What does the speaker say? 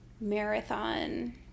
marathon